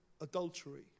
adultery